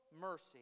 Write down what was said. mercy